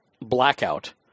blackout